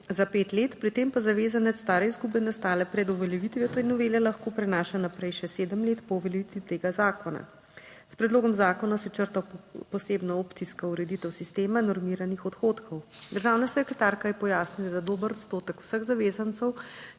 za pet let, pri tem pa zavezanec stare izgube nastale pred uveljavitvijo te novele lahko prenaša naprej še sedem let po uveljavitvi tega zakona. S predlogom zakona se črta posebna opcijska ureditev sistema normiranih odhodkov. Državna sekretarka je pojasnila, da dober odstotek vseh zavezancev,